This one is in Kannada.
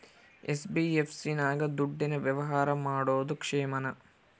ಎನ್.ಬಿ.ಎಫ್.ಸಿ ನಾಗ ದುಡ್ಡಿನ ವ್ಯವಹಾರ ಮಾಡೋದು ಕ್ಷೇಮಾನ?